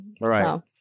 Right